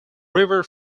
river